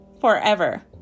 forever